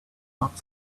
not